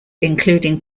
including